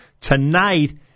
Tonight